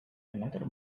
another